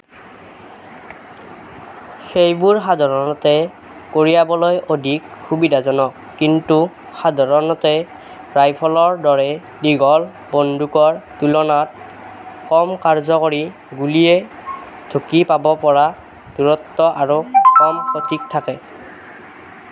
সেইবোৰ সাধাৰণতে কঢ়িয়াবলৈ অধিক সুবিধাজনক কিন্তু সাধাৰণতে ৰাইফলৰ দৰে দীঘল বন্দুকৰ তুলনাত কম কাৰ্যকৰী গুলীয়ে ঢুকি পাব পৰা দূৰত্ব আৰু কম সঠিকতা থাকে